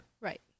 Right